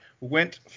Went